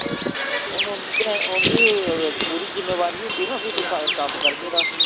अच्छा हून उं'दी ग्रैं उं'दी पूरी जिम्मेबारी होंदी ना फ्ही तुस अगर कम्म करगे तां